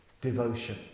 devotion